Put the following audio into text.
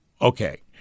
Okay